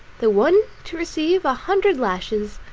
the one to receive a hundred lashes,